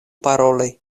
paroli